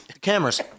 Cameras